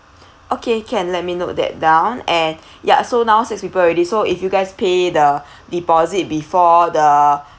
okay can let me note that down and ya so now six people already so if you guys pay the deposit before the